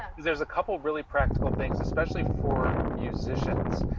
ah there's there's a couple really practical things, especially for musicians,